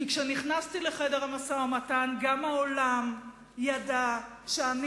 כשנכנסתי לחדר המשא-ומתן גם העולם ידע שאני